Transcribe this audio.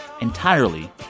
entirely